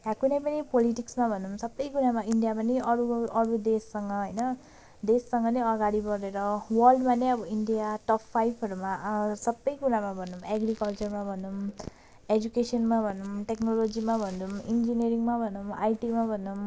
वा कुनै पनि पोलिटिक्समा भनौँं सबै कुरामा इन्डिया पनि अरू अरू देशसँग होइन देशसँग नै अगाडि बढेर वर्ल्डमा नै अब इन्डिया टप फाइभहरूमा सबै कुरामा भनौँ एग्रिकल्चरमा भनौँ एजुकेसनमा भनौँ टेक्नोलोजीमा भनौँ इञ्जिनियरिङमा भनौँ आइटीमा भनौँ